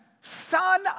son